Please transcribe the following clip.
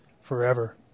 Forever